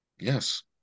Yes